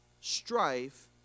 strife